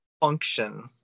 function